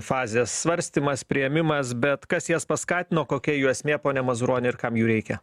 fazės svarstymas priėmimas bet kas jas paskatino kokia jų esmė pone mazuroni ir kam jų reikia